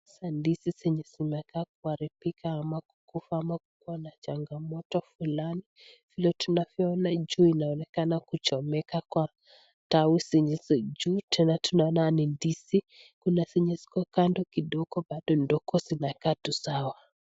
Hizi ni ndizi zenye zimekaa kuharibika ama kukufa ama kukuwa na changamoto fulani. Vile tunavyoona juu inaonekana kuchomeka kwa tawi zilizo juu tena tunaona ni ndizi. Kuna zenye ziko kando kidogo bado ndogo zinakaa tu sawa.